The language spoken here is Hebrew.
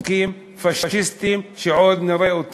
החוקים הפאשיסטיים שעוד נראה.